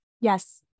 Yes